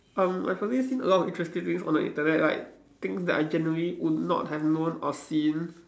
um I probably seen a lot of interesting things on the Internet like things that I generally would not have known or seen